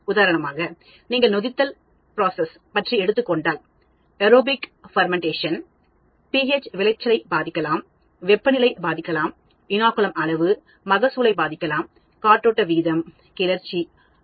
உதாரணமாக நீங்கள் நொதித்தல் ப்ராசஸ் பற்றிஎடுத்துக் கொண்டால்ஏரோபிக் நொதித்தல் pH விளைச்சலை பாதிக்கலாம் வெப்பநிலை விளைச்சலை பாதிக்கலாம் இனோகுலம் அளவு மகசூலை பாதிக்கலாம் காற்றோட்டம் வீதம் கிளர்ச்சி ஆர்